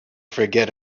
forget